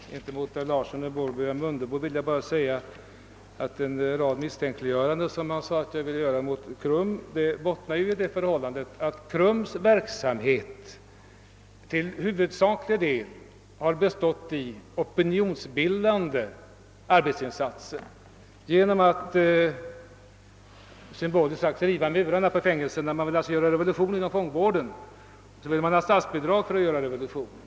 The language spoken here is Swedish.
Herr talman! Jag vill säga till herr Larsson i Borrby och till herr Mundebo att den rad av misstänkliggöranden mot KRUM som ni ansåg att jag fört fram bottnar i att KRUM:s verksamhet till huvudsaklig del har bestått i opinionsbildande arbetsinsatser. Man har, för att använda en symbol, rivit fängelsemurarna när man velat göra revolution inom fångvården. Sedan har man velat ha statsbidrag för att göra revolution.